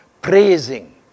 praising